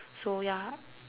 so ya